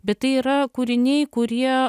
bet tai yra kūriniai kurie